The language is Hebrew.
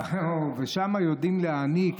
ושם יודעים להעניק,